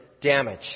damage